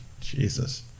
Jesus